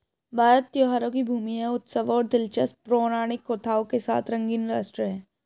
भारत त्योहारों की भूमि है, उत्सवों और दिलचस्प पौराणिक कथाओं के साथ रंगीन राष्ट्र है